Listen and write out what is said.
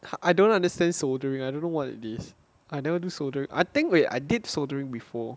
I don't understand soldering I don't know what it is I never do soldering I think wait I did soldering before